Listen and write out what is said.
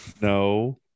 No